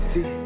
See